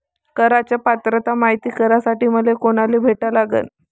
कराच पात्रता मायती करासाठी मले कोनाले भेटा लागन?